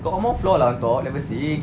got one more floor lah on top level six